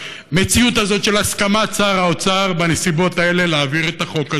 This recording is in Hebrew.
המציאות הזאת של הסכמת שר האוצר בנסיבות האלה להעביר את החוק הזה.